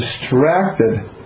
distracted